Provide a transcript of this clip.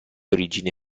origine